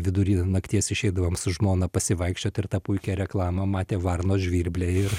vidury nakties išeidavom su žmona pasivaikščiot ir tą puikią reklamą matė varnos žvirbliai ir